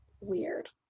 weird